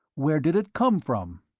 where did it come from?